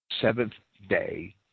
seventh-day